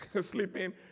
Sleeping